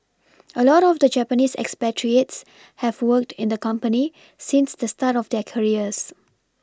a lot of the Japanese expatriates have worked in the company since the start of their careers